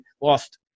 lost